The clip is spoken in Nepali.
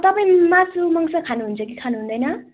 तपाईँले मासु मङ्स खानुहुन्छ कि खानुहुँदैन